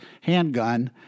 handgun